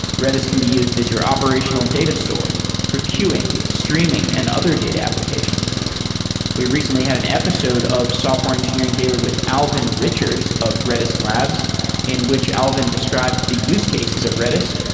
redis can be used as your operational data store for queuing, streaming and other data applications we recently had an episode of software engineering daily with alvin richards of redis labs in which alvin described the use cases of redis,